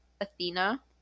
Athena